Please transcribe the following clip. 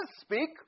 speak